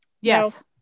yes